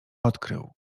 odkrył